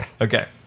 Okay